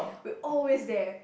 we always there